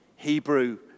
Hebrew